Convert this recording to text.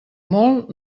molt